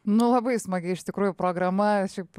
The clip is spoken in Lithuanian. nu labai smagi iš tikrųjų programa šiaip